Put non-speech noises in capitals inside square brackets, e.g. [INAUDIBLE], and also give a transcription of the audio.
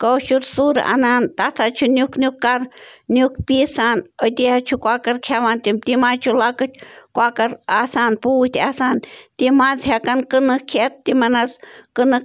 کٲشٕر سُر اَنان تَتھ حظ چھِ نیُک نیُک [UNINTELLIGIBLE] نیُک پیٖسان أتی حظ چھِ کۄکٕر کھٮ۪وان تِم تِم حظ چھِ لۄکٕٹۍ کۄکَر آسان پوٗتۍ آسان تِم حظ ہٮ۪کَن کٕنٕک کھٮ۪تھ تِمَن حظ کٕنٕک